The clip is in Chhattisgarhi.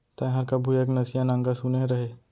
तैंहर कभू एक नसिया नांगर सुने रहें?